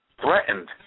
threatened